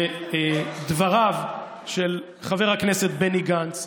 לדבריו של חבר הכנסת בני גנץ,